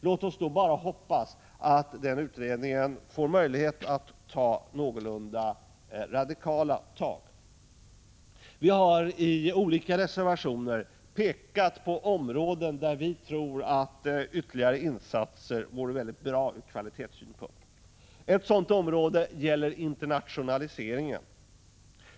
Låt oss då bara hoppas att den utredningen får möjlighet att ta någorlunda radikala tag. Vi har i olika reservationer pekat på områden där vi tror att ytterligare insatser vore bra ur kvalitetssynpunkt. Ett sådant område gäller internationaliseringen.